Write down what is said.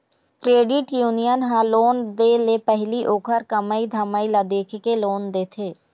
credit union ह loan दे ले पहिली ओखर कमई धमई ल देखके लोन देथे